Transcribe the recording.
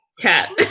cat